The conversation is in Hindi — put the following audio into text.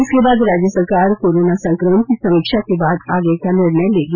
इसके बाद राज्य सरकार कोरोना संक्रमण की समीक्षा के बाद आगे निर्णय लेगी